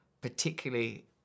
particularly